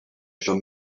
shall